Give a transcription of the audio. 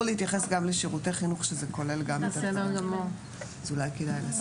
להתייחס גם לשירותי חינוך שזה כולל גם אז אולי כדאי לעשות.